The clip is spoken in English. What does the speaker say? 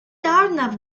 arnav